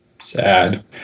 Sad